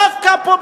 דווקא פה,